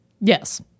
Yes